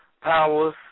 powers